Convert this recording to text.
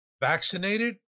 Vaccinated